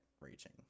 reaching